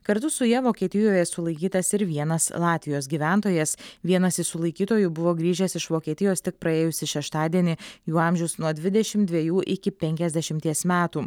kartu su ja vokietijoje sulaikytas ir vienas latvijos gyventojas vienas iš sulaikytųjų buvo grįžęs iš vokietijos tik praėjusį šeštadienį jų amžius nuo dvidešim dvejų iki penkiasdešimties metų